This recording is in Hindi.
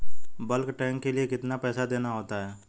बल्क टैंक के लिए कितना पैसा देना होता है?